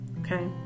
Okay